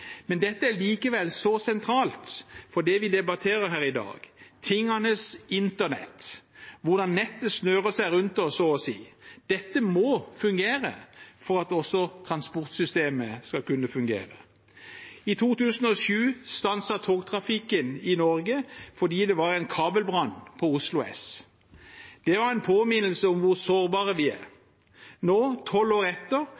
Men dette er likevel sentralt for det vi debatterer her i dag – tingenes internett, hvordan nettet snører seg rundt oss så å si. Dette må fungere for at også transportsystemet skal kunne fungere. I 2007 stanset togtrafikken i Norge fordi det var en kabelbrann på Oslo S. Det var en påminnelse om hvor sårbare vi er. Nå, tolv år etter,